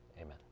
Amen